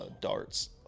darts